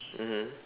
mmhmm